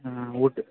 ಹಾಂ ಓಕೆ